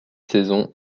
saisons